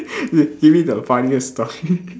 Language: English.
you you mean the funniest story